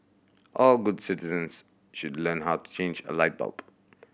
all good citizens should learn how to change a light bulb